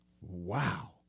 wow